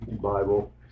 Bible